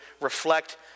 reflect